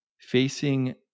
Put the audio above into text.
facing